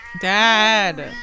Dad